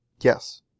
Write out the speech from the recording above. Yes